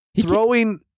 throwing